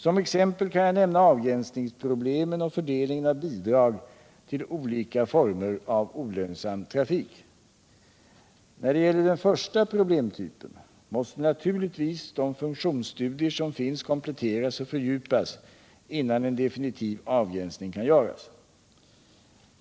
Som exempel kan jag nämna avgränsningsproblemen och fördelningen av bidragen till olika former av olönsam trafik. När det gäller den första problemtypen måste naturligtvis de funktionsstudier som finns kompletteras och fördjupas innan en definitiv avgränsning kan göras.